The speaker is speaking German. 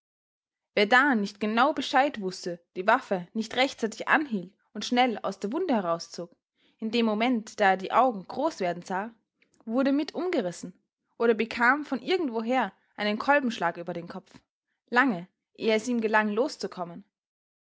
wer da nicht genau bescheid wußte die waffe nicht rechtzeitig anhielt und schnell aus der wunde herauszog in dem moment da er die augen groß werden sah wurde mit umgerissen oder bekam von irgendwoher einen kolbenschlag über den kopf lange ehe es ihm gelang loszukommen